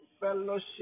fellowship